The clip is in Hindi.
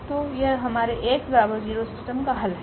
तो यह हमारे𝐴𝑥 0सिस्टम का हल है